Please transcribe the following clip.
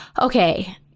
okay